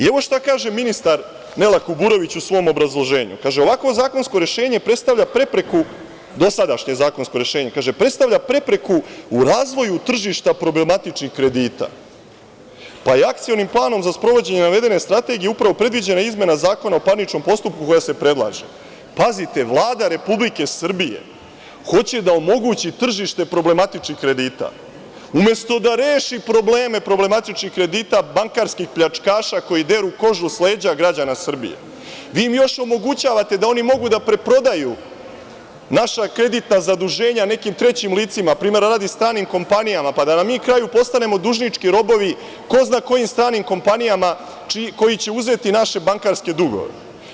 Evo šta kaže ministar, Nela Kuburović u svom obrazloženju, kaže: „Ovakvo zakonsko rešenje predstavlja prepreku, dosadašnje zakonsko rešenje u razvoju tržišta problematičnih kredita, pa je Akcionim planom za sprovođenje navedene strategije upravo predviđena izmena Zakona o parničnom postupku koja se predlaže.“ Pazite, Vlada Republike Srbije hoće da omogući tržište problematičnih kredita, umesto da reši probleme problematičnih kredita bankarskih pljačkaša koji deru kožu sa leđa građana Srbije, vi im još omogućavate da oni mogu da preprodaju naša kreditna zaduženja nekim trećim licima, primera radi stranim kompanijama, pa da mi na kraju postanemo dužnički robovi ko zna kojim stranim kompanijama, koje će uzeti naše bankarske dugove.